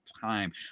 time